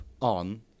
on